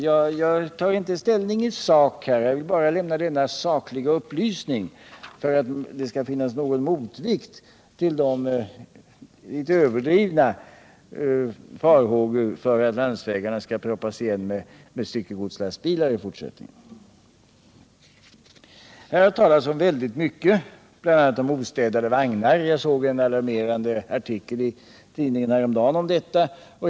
Jag tar här inte ställning i sak, utan har bara velat lämna denna sakliga upplysning så att det blir någon liten motvikt 81 mot de överdrivna farhågorna för att landsvägarna skall proppas igen med styckegodslastbilar. Det har här talats om väldigt mycket, bl.a. om ostädade vagnar. Jag såg häromdagen en alarmerande uppgift om detta i tidningen.